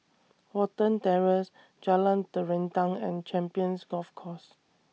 Watten Terrace Jalan Terentang and Champions Golf Course